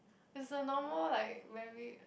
is a normal like very